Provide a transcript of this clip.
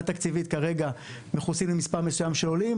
תקציבית כרגע מכוסים במספר מסוים של עולים.